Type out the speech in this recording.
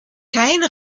kein